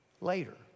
later